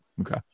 Okay